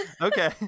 Okay